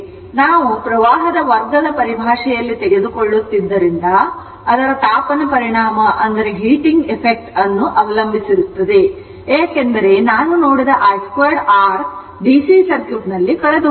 ನಾವು ಪ್ರವಾಹದ ವರ್ಗದ ಪರಿಭಾಷೆಯಲ್ಲಿ ತೆಗೆದುಕೊಳ್ಳುತ್ತಿದ್ದರಿಂದ ಅದು ತಾಪನ ಪರಿಣಾಮವನ್ನು ಅವಲಂಬಿಸಿರುತ್ತದೆ ಏಕೆಂದರೆ ನಾನು ನೋಡಿದ i 2 r ಡಿಸಿ ಸರ್ಕ್ಯೂಟ್ನಲ್ಲಿ ಕಳೆದುಹೋಗಿದೆ